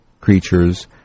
creatures